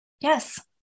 yes